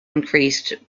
increased